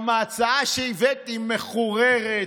גם ההצעה שהבאת מחוררת,